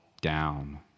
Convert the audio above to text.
down